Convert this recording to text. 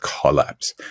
collapse